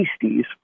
beasties